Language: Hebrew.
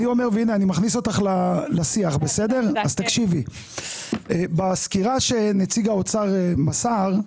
אני מכניס אותך לשיח: בסקירה שנציג האוצר מסר,